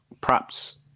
Props